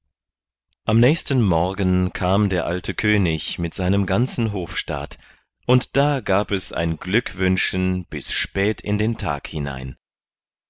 am nächsten morgen kam der alte könig mit seinem ganzen hofstaat und da gab es ein glückwünschen bis spät in den tag hinein